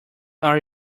are